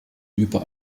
über